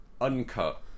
uncut